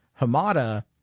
Hamada